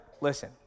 listen